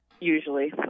Usually